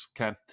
okay